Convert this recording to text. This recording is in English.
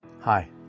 Hi